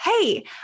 hey